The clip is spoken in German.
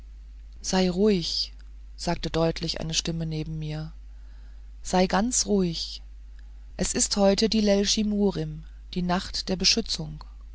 sei ruhig sagte deutlich eine stimme neben mir sei ganz ruhig es ist heute die lelschimurim die nacht der beschützung